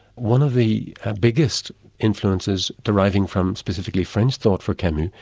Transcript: one of the biggest influences deriving from specifically french thought for camus,